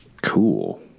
Cool